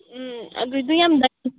ꯎꯝ ꯑꯗꯨꯗꯣ ꯌꯥꯝ